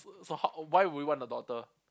so h~ why would you want a daughter